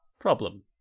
problem